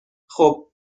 خوب